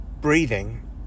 breathing